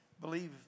believe